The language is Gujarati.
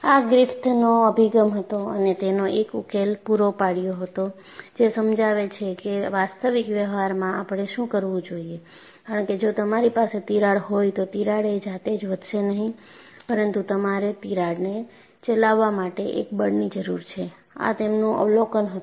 આ ગ્રિફિથનો અભિગમ હતો અને તેનો એક ઉકેલ પૂરો પાડ્યો હતો જે સમજાવે છે કે વાસ્તવિક વ્યવહારમાં આપણે શું કરવું જોઈએ કારણ કે જો તમારી પાસે તિરાડ હોય તો તિરાડએ જાતે જ વધશે નહીં પરંતુ તમારે તિરાડને ચલાવવા માટે એક બળની જરૂર છે આ તેમનું અવલોકન હતું